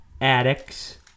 addicts